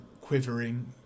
quivering